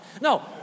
No